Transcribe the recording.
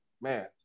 man